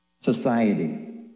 society